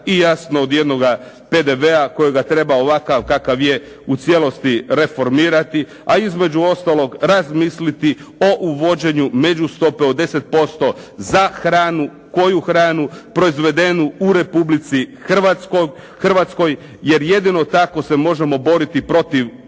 i jasno od jednoga PDV-a kojega treba ovakav kakav je u cijelosti reformirati, a između ostalog razmisliti o uvođenju međustope od 10% za hranu. Koju hranu? Proizvedenu u Republici Hrvatskoj, jer jedino tako se možemo boriti protiv